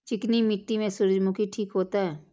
चिकनी मिट्टी में सूर्यमुखी ठीक होते?